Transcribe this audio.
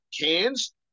Cans